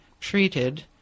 treated